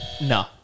No